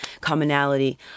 commonality